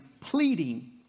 pleading